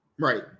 right